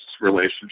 relationship